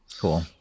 Cool